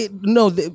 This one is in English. no